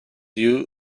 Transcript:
you